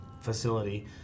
facility